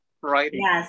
writing